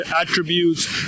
attributes